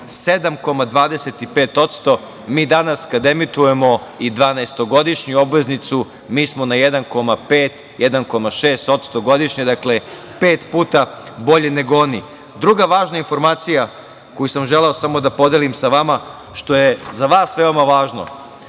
7,25%, a mi danas kad emitujemo i 12-godišnju obveznicu, mi smo na 1,5%, 1,6% godišnje. Dakle, pet puta bolji nego oni. Druga važna informacija koju sam želeo da podelim sa vama, što je za vas veoma važno,